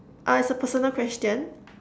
uh it's a personal question